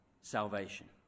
salvation